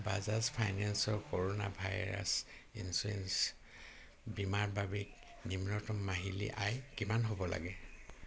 বাজাজ ফাইনেন্সৰ corona virus insurance বীমাৰ বাবে নিম্নতম মাহিলী আয় কিমান হ'ব লাগে